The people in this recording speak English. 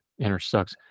intersects